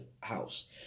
house